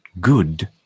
good